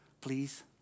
Please